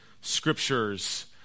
scriptures